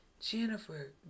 Jennifer